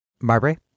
Marbury